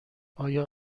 آیا